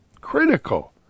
critical